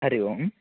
हरिः ओम्